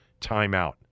timeout